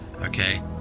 okay